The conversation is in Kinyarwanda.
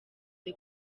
the